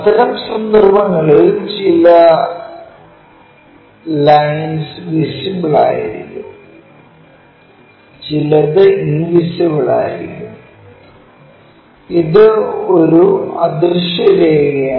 അത്തരം സന്ദർഭങ്ങളിൽ ചില ലൈൻസ് വിസിബിൾ ആയിരിക്കും ചിലതു ഇൻവിസിബിൾ ആയിരിക്കും ഇത് ഒരു അദൃശ്യ രേഖയാണ്